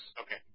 Okay